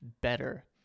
better